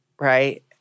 Right